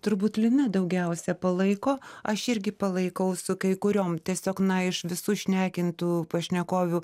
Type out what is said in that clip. turbūt lina daugiausia palaiko aš irgi palaikau su kai kuriom tiesiog na iš visų šnekintų pašnekovių